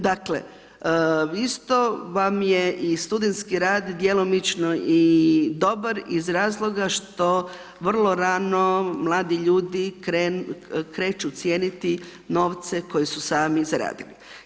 Dakle, isto vam je i studentski rad djelomično i dobar iz razloga što vrlo rano mladi ljudi kreću cijeniti novce koje su sami zaradili.